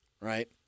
right